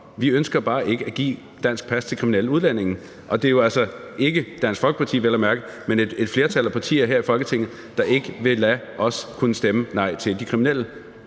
Vi ønsker bare ikke at give et dansk pas til kriminelle udlændinge, og der er jo altså vel at mærke ikke Dansk Folkeparti, men et flertal af partier her i Folketinget, der ikke vil lade os kunne stemme nej til de kriminelle.